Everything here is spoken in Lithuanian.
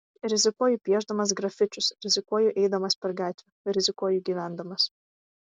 rizikuoju piešdamas grafičius rizikuoju eidamas per gatvę rizikuoju gyvendamas